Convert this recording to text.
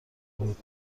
بود